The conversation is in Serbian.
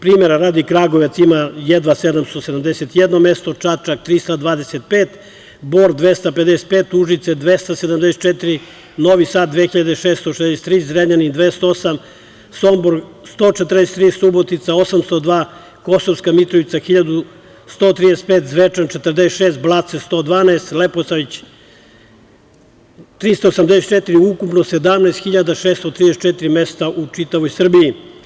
Primera radi, Kragujevac ima jedva 771 mesto, Čačak 325, Bor 255, Užice 274, Novi Sad 2.663, Zrenjanin 208, Sombor 143, Subotica 802, Kosovska Mitrovica 1.135, Zvečan 46, Blace 112, Leposavić 384, ukupno 17.634 mesta u čitavoj Srbiji.